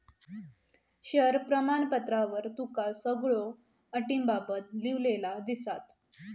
share प्रमाणपत्रावर तुका सगळ्यो अटींबाबत लिव्हलेला दिसात